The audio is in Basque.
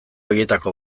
horietako